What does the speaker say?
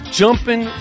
jumping